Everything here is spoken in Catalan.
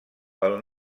pel